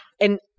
And-